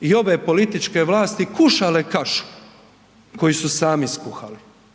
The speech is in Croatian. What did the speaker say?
i ove političke vlasti kušale kašu koji su sami skuhali.